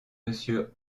monsieur